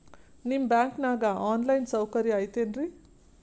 ನಿಮ್ಮ ಬ್ಯಾಂಕನಾಗ online ಸೌಕರ್ಯ ಐತೇನ್ರಿ?